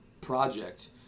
project